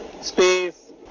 space